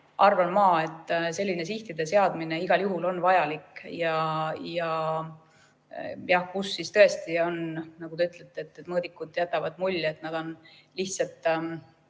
arvan ma, et selline sihtide seadmine on igal juhul vajalik. Kui tõesti, nagu te ütlete, mõõdikud jätavad mulje, et nad on lihtsalt